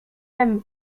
même